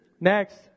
Next